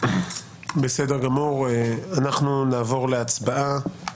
בסדר גמור, נעבור להצבעה.